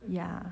ya